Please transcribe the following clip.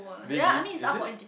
really is it